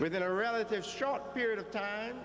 within a relatively short period of time